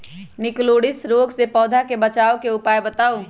निककरोलीसिस रोग से पौधा के बचाव के उपाय बताऊ?